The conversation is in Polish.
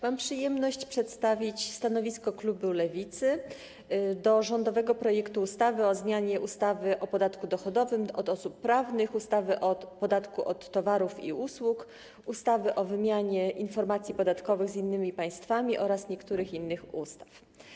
Mam przyjemność przedstawić stanowisko klubu Lewicy dotyczące rządowego projektu ustawy o zmianie ustawy o podatku dochodowym od osób prawnych, ustawy o podatku od towarów i usług, ustawy o wymianie informacji podatkowych z innymi państwami oraz niektórych innych ustaw.